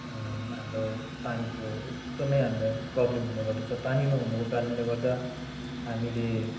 हाम्रो पानीको एकदमै हामीलाई प्रब्लम हुने गर्दछ पानी नहुनुको कारणले गर्दा हामीले